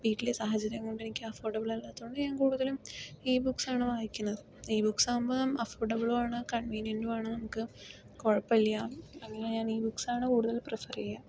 വീട്ടിലെ സാഹചര്യം കൊണ്ടെനിക്ക് അഫോർഡബിൾ അല്ലാത്തതു കൊണ്ട് ഞാൻ കൂടുതലും ഇ ബുക്സ് ആണ് വായിക്കുന്നത് ഇ ബുക്സ് ആകുമ്പോൾ അഫോർഡബിളുമാണ് കൺവീനിയെൻ്റുമാണ് നമുക്ക് കുഴപ്പമില്ല അങ്ങനെ ഞാൻ ഇ ബുക്സ് ആണ് കൂടുതൽ പ്രിഫർ ചെയ്യുക